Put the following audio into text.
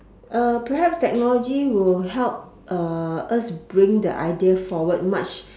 perhaps technology will help us bring the idea forward much